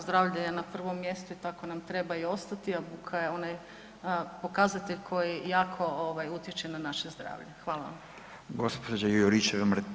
Zdravlje je na prvom mjestu i tako nam treba ostati, a buka je onaj pokazatelj koji jako utječe na naše zdravlje.